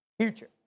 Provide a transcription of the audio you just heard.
future